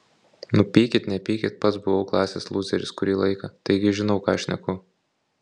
nu pykit nepykit pats buvau klasės lūzeris kurį laiką taigi žinau ką šneku